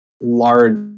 large